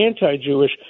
anti-Jewish